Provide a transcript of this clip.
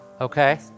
Okay